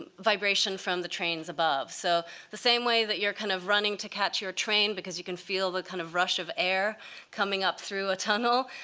um vibration from the trains above. so the same way that you're kind of running to catch your train because you can feel the kind of rush of air coming up through a tunnel,